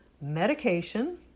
medication